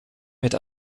mit